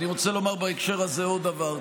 אני רוצה לומר בהקשר הזה עוד דבר.